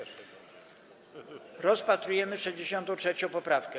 Rozpatrujemy 63. poprawkę.